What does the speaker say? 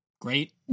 great